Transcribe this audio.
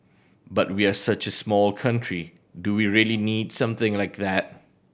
but we're such a small country do we really need something like that